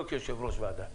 לא כיושב-ראש ועדה.